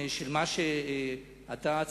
מה שאתה עצמך,